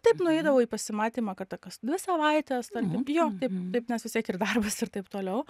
taip nueidavau į pasimatymą kartą kas dvi savaitės tarkim jo taip taip nes vistiek ir darbas ir taip toliau